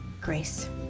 grace